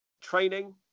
training